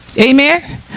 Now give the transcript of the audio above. Amen